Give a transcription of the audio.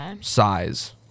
size